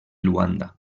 luanda